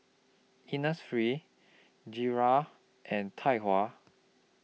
Innisfree Gilera and Tai Hua